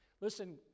Listen